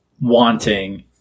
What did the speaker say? wanting